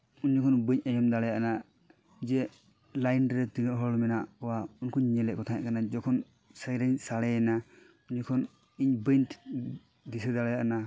ᱩᱱ ᱡᱚᱠᱷᱚᱱ ᱵᱟᱹᱧ ᱟᱡᱚᱢ ᱫᱟᱲᱮ ᱟᱱᱟ ᱡᱮ ᱞᱟᱹᱭᱤᱱ ᱨᱮ ᱛᱤᱱᱟᱹᱜ ᱦᱚᱲ ᱦᱮᱱᱟᱜ ᱠᱚᱣᱟ ᱩᱱᱠᱩᱧ ᱧᱮᱞ ᱮᱫ ᱠᱚ ᱛᱟᱦᱮᱸ ᱠᱟᱱᱟ ᱡᱚᱠᱷᱚᱱ ᱥᱟᱭᱨᱮᱱ ᱥᱟᱰᱮ ᱮᱱᱟ ᱤᱧ ᱵᱟᱹᱧ ᱫᱤᱥᱟᱹ ᱫᱟᱲᱮ ᱟᱱᱟ